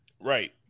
Right